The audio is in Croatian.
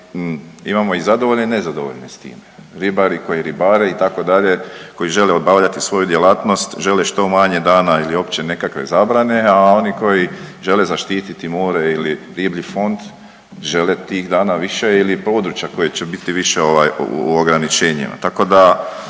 Imamo i zadovoljne i nezadovoljne s time. Ribari koji ribare itd. koji žele obavljati svoju djelatnost žele što manje dana ili uopće nekakve zabrane, a oni koji žele zaštititi more ili riblji fond žele tih dana više ili područja koje će biti više u ograničenjima.